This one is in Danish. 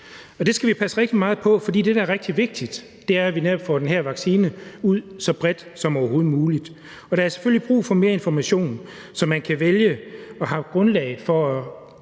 det skal vi passe rigtig meget på. For det, der netop er rigtig vigtigt, er, at vi får den her vaccine ud så bredt som overhovedet muligt, og der er selvfølgelig brug for mere information, så man har grundlag for